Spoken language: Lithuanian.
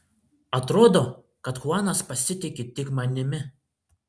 atrodo kad chuanas pasitiki tik manimi